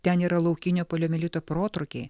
ten yra laukinio poliomielito protrūkiai